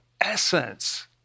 essence